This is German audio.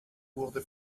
wurde